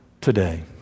today